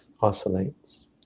oscillates